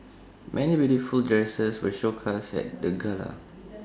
many beautiful dresses were showcased at the gala